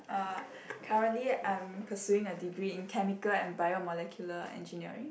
uh currently I'm pursuing a degree in chemical and bio molecular engineering